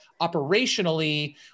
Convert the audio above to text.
operationally